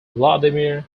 vladimir